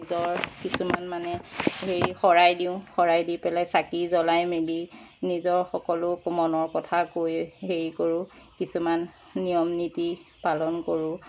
নিজৰ কিছুমান মানে হেৰি শৰাই দিওঁ শৰাই দি পেলাই চাকি জ্বলাই মেলি নিজৰ সকলো মনৰ কথা কৈ হেৰি কৰোঁ কিছুমান নিয়ম নীতি পালন কৰোঁ